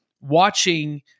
watching